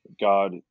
God